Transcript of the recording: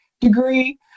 degree